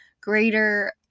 greater